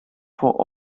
vor